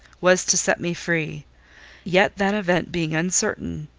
was to set me free yet that event being uncertain,